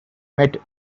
met